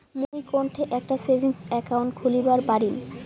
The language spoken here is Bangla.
মুই কোনঠে একটা সেভিংস অ্যাকাউন্ট খুলিবার পারিম?